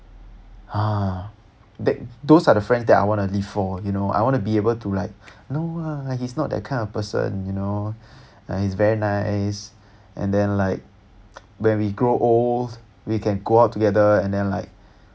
ah tha~ those are the friends that I wanna live for you know I want to be able to like no ah he's not that kind of person you know uh he's very nice and then like when we grow old we can go out together and then like